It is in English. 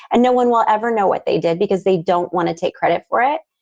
and no one will ever know what they did because they don't want to take credit for it.